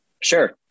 Sure